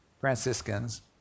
franciscans